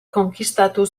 konkistatu